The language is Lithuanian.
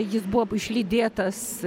jis buvo išlydėtas